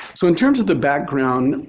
so in terms of the background,